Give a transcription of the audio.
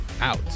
out